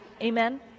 Amen